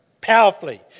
Powerfully